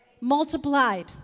Multiplied